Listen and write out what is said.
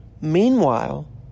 meanwhile